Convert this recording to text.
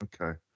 Okay